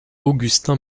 augustin